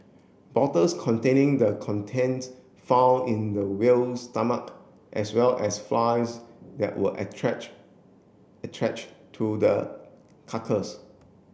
bottles containing the contents found in the whale's stomach as well as flies that were to the carcass